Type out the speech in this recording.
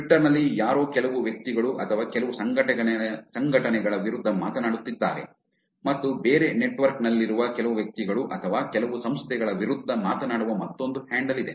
Twitter ನಲ್ಲಿ ಯಾರೋ ಕೆಲವು ವ್ಯಕ್ತಿಗಳು ಅಥವಾ ಕೆಲವು ಸಂಘಟನೆಗಳ ವಿರುದ್ಧ ಮಾತನಾಡುತ್ತಿದ್ದಾರೆ ಮತ್ತು ಬೇರೆ ನೆಟ್ವರ್ಕ್ ನಲ್ಲಿರುವ ಕೆಲವು ವ್ಯಕ್ತಿಗಳು ಅಥವಾ ಕೆಲವು ಸಂಸ್ಥೆಗಳ ವಿರುದ್ಧ ಮಾತನಾಡುವ ಮತ್ತೊಂದು ಹ್ಯಾಂಡಲ್ ಇದೆ